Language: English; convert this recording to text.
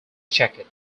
jacket